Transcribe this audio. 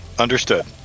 Understood